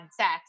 sex